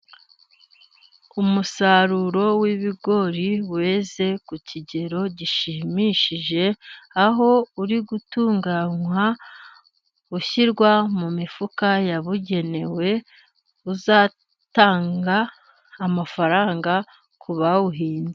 Umusaruro w'ibigori weze ku kigero gishimishije. Aho uri gutunganywa ushyirwa mu mifuka yabugenewe. Uzatanga amafaranga ku bawuhinze.